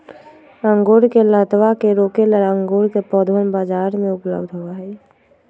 अंगूर के लतावा के रोके ला अंगूर के पौधवन बाजार में उपलब्ध होबा हई